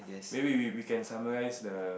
maybe we we can summarize the